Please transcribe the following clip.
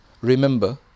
Remember